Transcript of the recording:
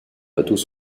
bateaux